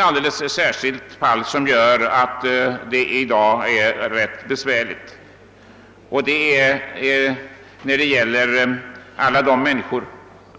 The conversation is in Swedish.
Alldeles särskilt svårt är det för alla de människor